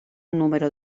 número